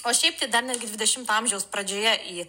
o šiaip tai dar netgi dvidešimto amžiaus pradžioje į